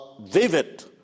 vivid